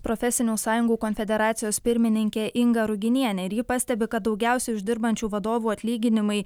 profesinių sąjungų konfederacijos pirmininkė inga ruginienė ir ji pastebi kad daugiausiai uždirbančių vadovų atlyginimai